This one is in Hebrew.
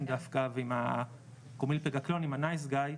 דווקא ועם הקומילפגקלון עם הנייס גאי,